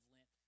Lent